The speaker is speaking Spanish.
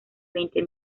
veinte